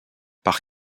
par